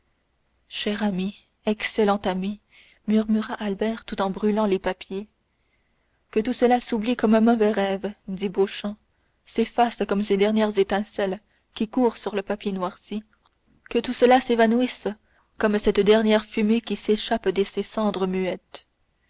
cher ami excellent ami murmurait albert tout en brûlant les papiers que tout cela s'oublie comme un mauvais rêve dit beauchamp s'efface comme ces dernières étincelles qui courent sur le papier noirci que tout cela s'évanouisse comme cette dernière fumée qui s'échappe de ces cendres muettes